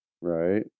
right